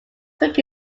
took